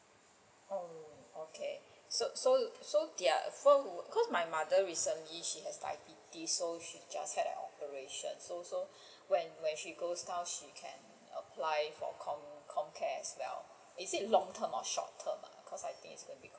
oh okay so so so they're err cos' my mother recently she has diabetes so she just had an operation so so when when she goes down she can apply for COM~ COMCARE as well is it long term or short term cos' I think it is going to be